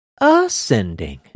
ascending